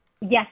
Yes